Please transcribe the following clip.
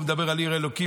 הוא מדבר על עיר האלוקים,